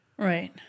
Right